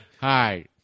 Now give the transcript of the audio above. Hi